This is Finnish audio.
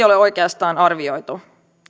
ole oikeastaan arvioitu